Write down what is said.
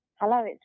hello